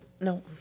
no